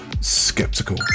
Skeptical